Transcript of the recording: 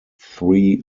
three